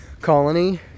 colony